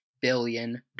billion